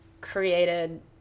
created